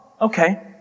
okay